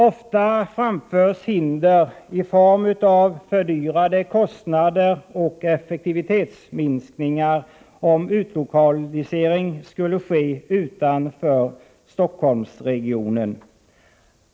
Ofta framförs hinder som kostnadsökning och effektivitetsminskning, om utlokalisering skulle ske utanför Stockholmsregionen.